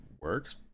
works